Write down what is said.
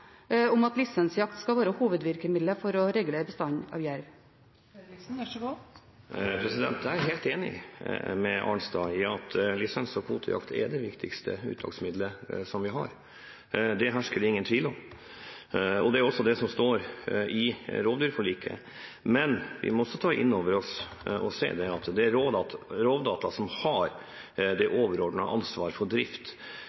om at lisensjakt skal være hovedvirkemiddelet for å regulere bestanden av jerv? Jeg er helt enig med Arnstad i at lisens- og kvotejakt er det viktigste uttaksmiddelet vi har. Det hersker det ingen tvil om. Det er også det som står i rovdyrforliket, men vi må også ta inn over oss og se at det er Rovdata som har det